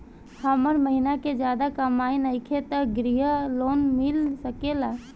हमर महीना के ज्यादा कमाई नईखे त ग्रिहऽ लोन मिल सकेला?